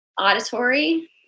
auditory